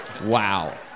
Wow